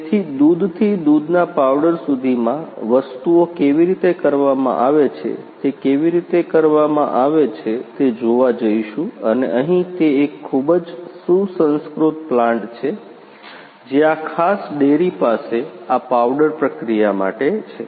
તેથી દૂધ થી દુધના પાવડર સુધીમાં વસ્તુઓ કેવી રીતે કરવામાં આવે છે કે આપણે તે કેવી રીતે કરવામાં આવે છે તે જોવા જઈશું અને અહીં તે એક ખૂબ જ સુસંસ્કૃત પ્લાન્ટ છે જે આ ખાસ ડેરી પાસે આ પાવડર પ્રક્રિયા માટે છે